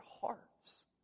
hearts